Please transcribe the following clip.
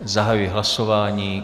Zahajuji hlasování.